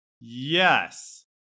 Yes